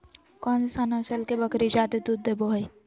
कौन सा नस्ल के बकरी जादे दूध देबो हइ?